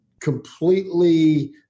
completely